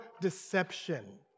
deception